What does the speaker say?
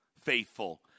faithful